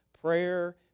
Prayer